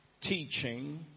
teaching